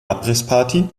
abrissparty